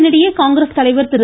இதனிடையே காங்கிரஸ் தலைவர் திரு